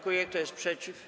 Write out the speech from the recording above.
Kto jest przeciw?